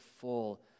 full